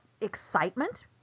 excitement